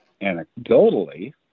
anecdotally